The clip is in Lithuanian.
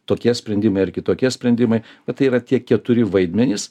tokie sprendimai ar kitokie sprendimai bet tai yra tie keturi vaidmenys